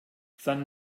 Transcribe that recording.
san